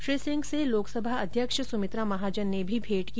श्री सिंह से लोकसभा अध्यक्ष सुमित्रा महाजन से भी भेंट की